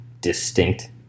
distinct